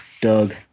Doug